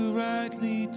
rightly